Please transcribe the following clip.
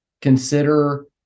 Consider